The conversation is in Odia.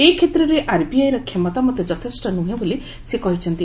ଏ କ୍ଷେତ୍ରରେ ଆର୍ବିଆଇର କ୍ଷମତା ମଧ୍ୟ ଯଥେଷ୍ଟ ନୁହେଁ ବୋଲି ସେ କହିଛନ୍ତି